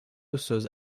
osseuse